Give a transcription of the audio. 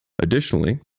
Additionally